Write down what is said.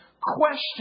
question